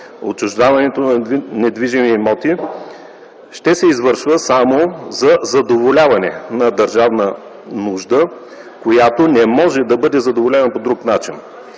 Отчуждаването на недвижими имоти ще се извършва само за задоволяване на държавна нужда, която не може да бъде задоволена по друг начин.